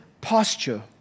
posture